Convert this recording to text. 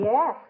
Yes